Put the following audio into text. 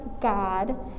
God